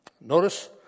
Notice